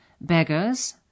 Beggars